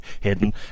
hidden